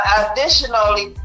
additionally